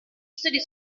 studi